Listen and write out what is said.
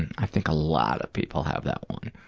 and i think a lot of people have that one.